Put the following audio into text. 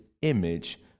image